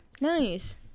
Nice